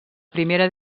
primera